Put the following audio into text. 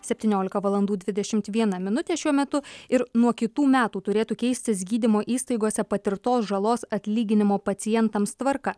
septyniolika valandų dvidešimt viena minutė šiuo metu ir nuo kitų metų turėtų keistis gydymo įstaigose patirtos žalos atlyginimo pacientams tvarka